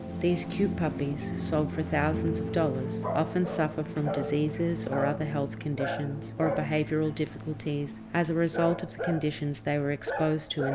these cute puppies, sold for thousands of dollars, often suffer from diseases or other health conditions, or behavioural difficulties, as a result of the conditions they were exposed to